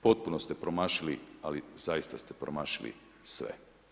Potpuno ste promašili, ali zaista ste promašili sve.